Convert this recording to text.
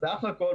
בסך הכול,